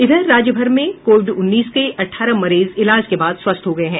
इधर राज्यभर में कोविड उन्नीस के अठारह मरीज इलाज के बाद स्वस्थ हो गये हैं